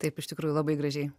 taip iš tikrųjų labai gražiai